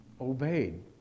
obeyed